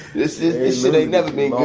this shit ain't never been